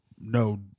no